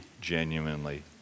genuinely